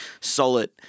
solid